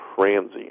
transient